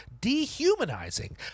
dehumanizing